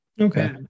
okay